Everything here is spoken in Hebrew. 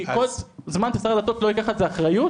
כי כל זמן ששר הדתות לא ייקח על זה אחריות,